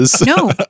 no